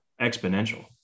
exponential